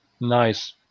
Nice